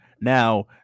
Now